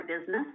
business